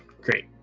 Great